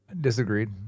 Disagreed